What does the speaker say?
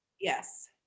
yes